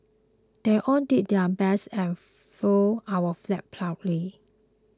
they all did their best and flew our flag proudly